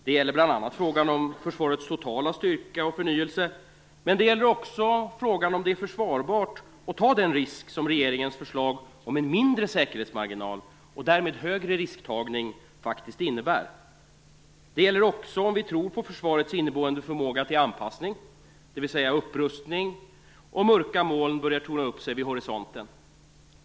Det gäller bl.a. frågan om försvarets totala styrka och förnyelse, men det gäller också frågan om det är försvarbart att ta den risk som regeringens förslag om en mindre säkerhetsmarginal och därmed större risktagning faktiskt innebär. Det gäller också om vi tror på försvarets inneboende förmåga till anpassning, dvs. upprustning om mörka moln börjar torna upp sig vid horisonten.